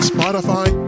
Spotify